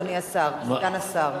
אדוני סגן השר.